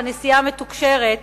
בנסיעה מתוקשרת